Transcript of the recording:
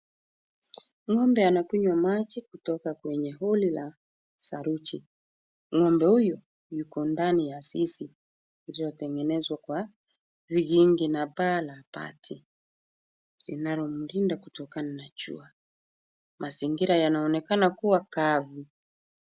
Ng'ombe anakunywa maji kutoka kwenye ya bowli la saruji. Ng'ombe huyu yuko ndani ya zizi zilizotengenezwa kwa vigingi na paa la bati inalomlinda kutokana na jua. Mazingira yanaonekana kuwa kavu.